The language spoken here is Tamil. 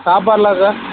சாப்பாடுலாம் சார்